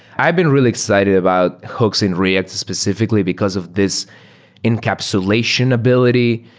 i've been really excited about hooks in react specifically because of this encapsulation ability.